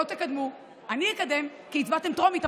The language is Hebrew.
לא תקדמו, אני אקדם, כי הצבעתם בטרומית.